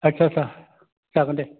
आच्चा आच्चा जागोन दे